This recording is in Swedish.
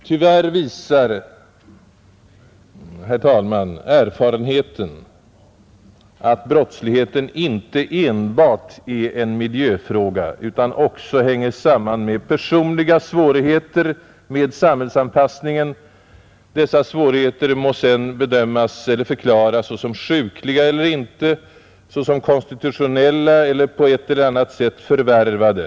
Tyvärr visar, herr talman, erfarenheten att brottsligheten inte enbart är en miljöfråga utan också hänger samman med personliga svårigheter med samhällsanpassningen, dessa svårigheter må sedan bedömas eller förklaras såsom sjukliga eller inte, såsom konstitutionella eller på ett eller annat sätt förvärvade.